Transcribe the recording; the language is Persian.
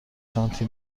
سانتی